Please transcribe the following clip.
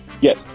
Yes